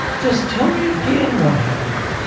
just tell me again what happened.